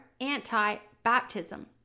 anti-Baptism